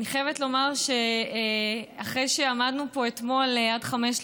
אני חייבת לומר שאחרי שעבדנו פה אתמול עד 05:00,